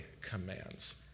commands